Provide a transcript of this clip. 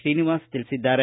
ಶ್ರೀನಿವಾಸ್ ತಿಳಿಸಿದ್ದಾರೆ